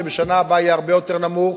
שבשנה הבאה יהיה הרבה יותר נמוך,